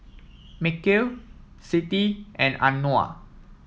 Mikhail Siti and Anuar